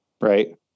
Right